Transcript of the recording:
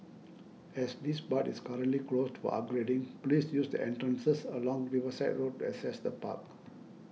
as this part is currently closed for upgrading please use the entrances along Riverside Road access the park